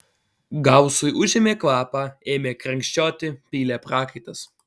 gausui užėmė kvapą ėmė krenkščioti pylė prakaitas